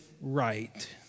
Right